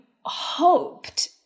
hoped